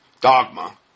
dogma